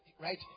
Right